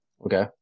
Okay